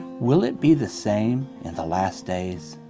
will it be the same in the last days?